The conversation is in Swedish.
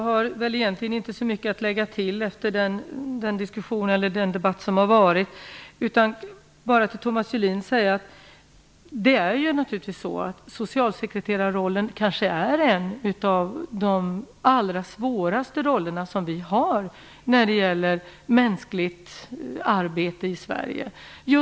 Herr talman! Jag har inte så mycket att lägga till. Jag vill bara till Thomas Julin säga att socialsekreterarrollen kanske är en av de allra svåraste roller vi har när det gäller arbete med människor i Sverige.